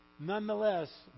Nonetheless